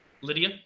Lydia